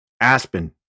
Aspen